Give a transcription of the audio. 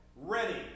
ready